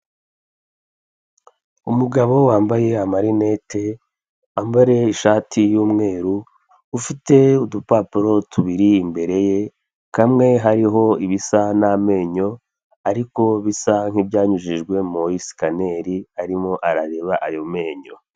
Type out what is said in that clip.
Umugabo wambaye amarinete, wambaye ishati y'umweru ufite udupapuro tubiri imbere ye, kamwe hariho ibisa n'amenyo ariko bisa nk'ibyanyujijwe muri sikaneri arimo arareba ayo menyo.